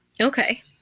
Okay